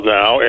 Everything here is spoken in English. now